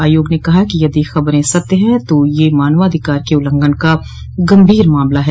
आयोग ने कहा है कि यदि खबरें सत्य है तो यह मानवाधिकार के उल्लंघन का गंभीर मामला है